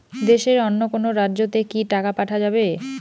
দেশের অন্য কোনো রাজ্য তে কি টাকা পাঠা যাবে?